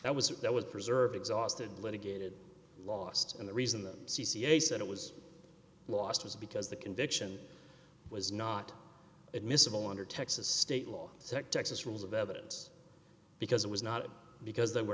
that was that was preserved exhausted litigated lost and the reason that c c a said it was lost was because the conviction was not admissible under texas state law sect texas rules of evidence because it was not because they were